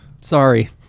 Sorry